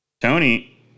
Tony